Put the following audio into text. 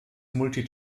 multi